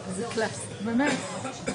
כלום.